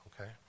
okay